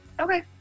Okay